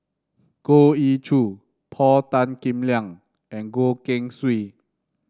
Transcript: Goh Ee Choo Paul Tan Kim Liang and Goh Keng Swee